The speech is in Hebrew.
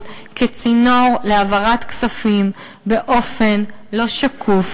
כצינור להעברת כספים באופן לא שקוף,